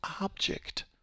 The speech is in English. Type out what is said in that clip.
object